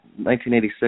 1986